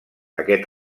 aquest